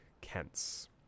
kent's